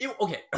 Okay